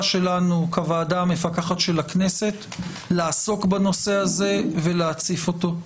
שלנו כוועדה המפקחת של הכנסת לעסוק בנושא הזה ולהציף אותו.